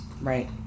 Right